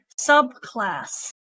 subclass